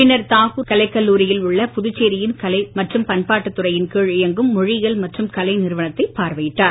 பின்னர் தாகூர் கலைக் கல்லூரியில் உள்ள புதுச்சேரியின் கலை மற்றும் பண்பாட்டு துறையின் கீழ் இயங்கும் மொழியியல் மற்றும் கலை நிறுவனத்தை பார்வையிட்டார்